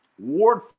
Ward